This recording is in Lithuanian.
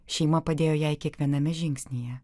šeima padėjo jai kiekviename žingsnyje